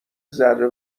ذره